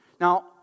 Now